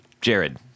Jared